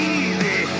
easy